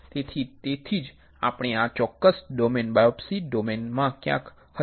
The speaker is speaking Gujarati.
તેથી તેથી જ આપણે આ ચોક્કસ ડોમેન બાયોપ્સી ડોમેન માં ક્યાંક હતા